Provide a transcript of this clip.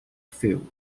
field